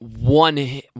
One